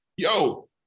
Yo